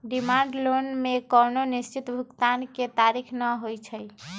demand loan के कोनो निश्चित भुगतान के तारिख न होइ छइ